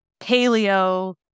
paleo